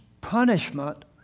punishment